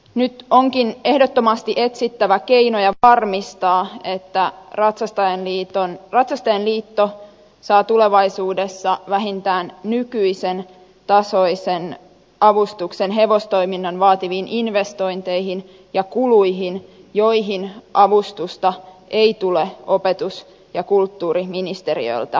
nyt onkin ehdottomasti etsittävä keinoja varmistaa että ratsastajainliitto saa tulevaisuudessa vähintään nykyisen tasoisen avustuksen hevostoiminnan vaativiin investointeihin ja kuluihin joihin avustusta ei tule opetus ja kulttuuriministeriöltä